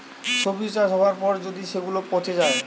সবজি চাষ হবার পর যদি সেগুলা পচে যায়